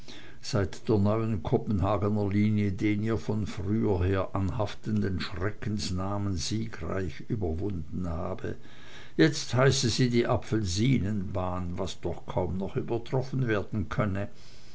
seit der neuen kopenhagener linie den ihr von früher her anhaftenden schreckensnamen siegreich überwunden habe jetzt heiße sie die apfelsinenbahn was doch kaum noch übertroffen werden könne